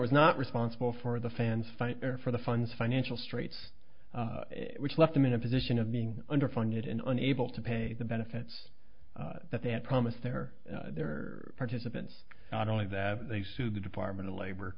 was not responsible for the fans fight for the funds financial straits which left them in a position of being underfunded and unable to pay the benefits that they had promised their their participants not only that they sued the department of labor